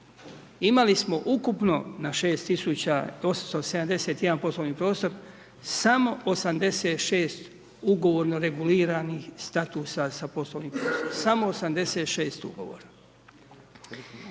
imali smo ukupno na 6871 poslovni prostor samo 86 ugovorno reguliranih statusa sa .../Govornik se ne razumije./... samo 86 ugovora.